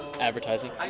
advertising